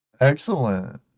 Excellent